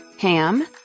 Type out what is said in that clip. Ham